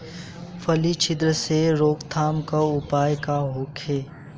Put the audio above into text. फली छिद्र से रोकथाम के उपाय का होखे?